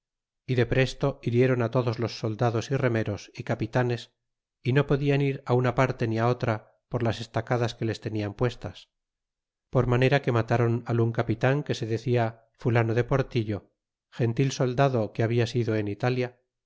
bergantines e depresto hirieron todos los soldados e remeros y capitanes y no podian ir una parte ni otra por las estacadas que les tenian puestas por manera que matron al un capitan que se decia fulano de portillo gentil soldado que labia sido en italia